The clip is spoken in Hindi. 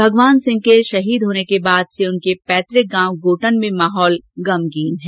भगवान सिंह के शहीद होने के बाद से उनके पैतुक गांव गोटन में माहौल गमगीन है